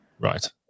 Right